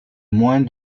moins